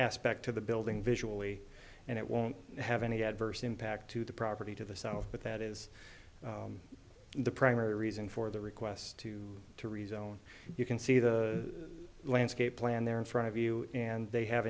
aspect to the building visually and it won't have any adverse impact to the property to the south but that is the primary reason for the request to to rezone you can see the landscape plan there in front of you and they have